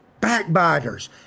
Backbiters